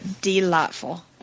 Delightful